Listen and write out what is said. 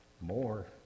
more